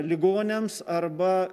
ligoniams arba